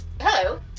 hello